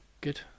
Good